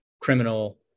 criminal